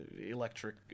electric